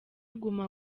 guma